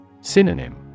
Synonym